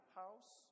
house